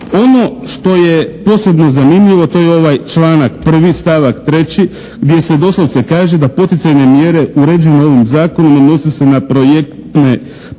Ono što je posebno zanimljivo to je ovaj članak 1. stavak 3. gdje se doslovce kaže da poticajne mjere uređene ovim Zakonom odnose se na projektna ulaganja